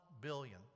billion